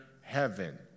heaven